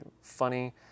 funny